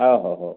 हो हो हो